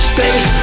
Space